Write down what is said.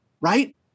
right